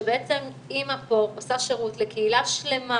שבעצם אמא פה עושה שירות לקהילה שלמה